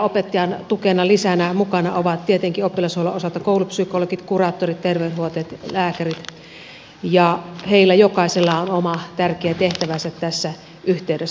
opettajan tukena lisänä mukana ovat tietenkin oppilashuollon osalta koulupsykologit kuraattorit terveydenhoitajat lääkärit ja heillä jokaisella on oma tärkeä tehtävänsä tässä yhteydessä